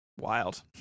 wild